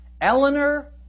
Eleanor